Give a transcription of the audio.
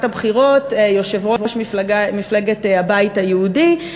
הבחירות יושב-ראש מפלגת הבית היהודי?